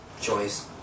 choice